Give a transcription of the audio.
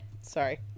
sorry